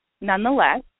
Nonetheless